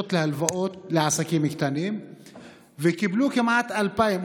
להלוואות לעסקים קטנים והתקבלו כמעט 2,000,